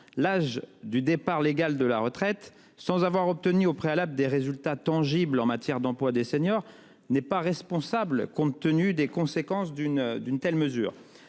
L'âge du départ légal de la retraite sans avoir obtenu au préalable des résultats tangibles en matière d'emploi des seniors n'est pas responsable. Compte tenu des conséquences d'une d'une telle mesure.